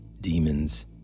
demons